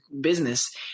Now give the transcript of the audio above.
business